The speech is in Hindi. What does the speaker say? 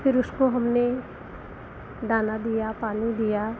फिर उसको हमने दाना दिया पानी दिया